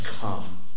come